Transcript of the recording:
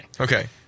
Okay